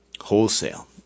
wholesale